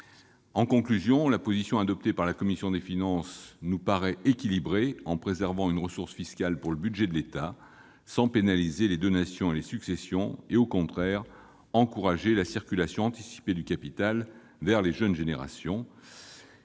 En conclusion, la position adoptée par la commission des finances nous paraît équilibrée : préserver une ressource fiscale pour le budget de l'État sans pénaliser les donations et les successions et, au contraire, en encourageant la circulation anticipée du capital vers les jeunes générations.